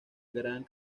gran